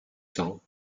cents